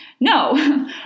No